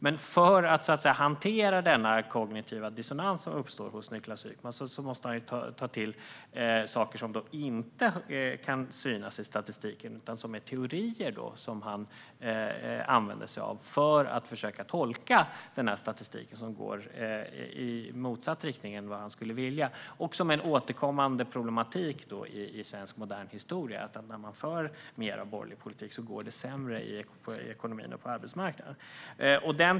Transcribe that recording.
Men för att hantera denna kognitiva dissonans som uppstår hos Niklas Wykman måste han ta till saker som inte kan synas i statistiken. Han använder sig av teorier för att försöka tolka statistiken som går i motsatt riktning än vad han skulle vilja. Det är en återkommande problematik i svensk modern historia att när man för mer av borgerlig politik går det sämre i ekonomin och på arbetsmarknaden.